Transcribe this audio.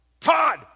Todd